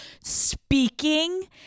speaking